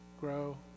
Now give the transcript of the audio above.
grow